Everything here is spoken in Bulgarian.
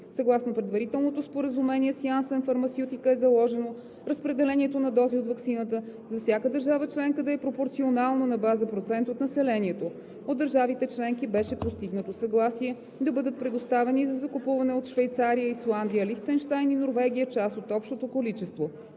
Съгласно предварителното Споразумение с Janssen Pharmaceutica е заложено разпределението на дози от ваксината за всяка държава членка да е пропорционално на база процент от населението. От държавите членки беше постигнато съгласие да бъдат предоставени за закупуване от Швейцария, Исландия, Лихтенщайн и Норвегия част от общото количество.